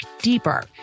deeper